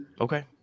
okay